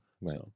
Right